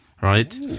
right